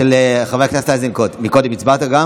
גם קודם הצבעת?